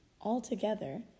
altogether